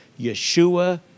Yeshua